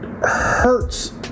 hurts